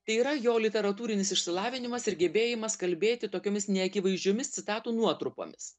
tai yra jo literatūrinis išsilavinimas ir gebėjimas kalbėti tokiomis neakivaizdžiomis citatų nuotrupomis